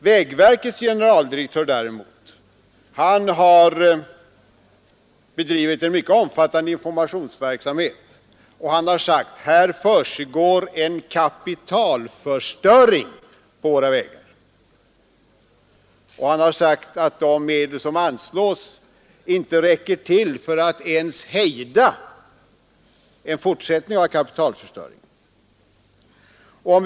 Vägverkets generaldirektör däremot har bedrivit en mycket omfattande informationsverksamhet och sagt att det försiggår en kapitalförstöring på våra vägar. Han har också sagt att de medel som anslås inte räcker till för att ens hejda en fortsättning av kapitalförstöringen.